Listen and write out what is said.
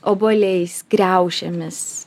obuoliais kriaušėmis